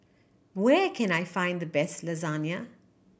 where can I find the best Lasagna